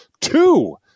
two